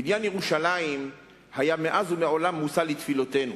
בניין ירושלים היה מאז ומעולם מושא תפילותינו.